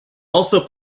also